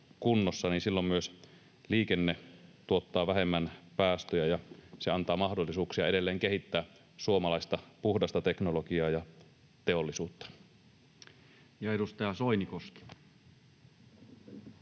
niin silloin myös liikenne tuottaa vähemmän päästöjä ja se antaa mahdollisuuksia edelleen kehittää suomalaista puhdasta teknologiaa ja teollisuutta. [Speech